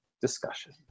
discussion